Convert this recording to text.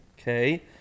Okay